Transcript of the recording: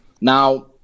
Now